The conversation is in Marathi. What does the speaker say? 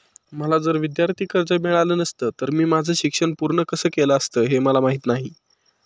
मला जर विद्यार्थी कर्ज मिळालं नसतं तर मी माझं शिक्षण पूर्ण कसं केलं असतं, हे मला माहीत नाही